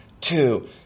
two